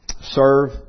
Serve